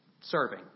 serving